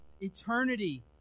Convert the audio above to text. eternity